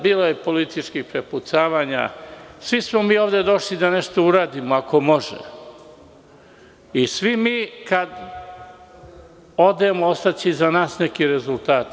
Bilo je političkih prepucavanja, svi smo mi ovde došli da nešto uradimo, ako može i svi mi kad odemo ostaće iza nas neki rezultati.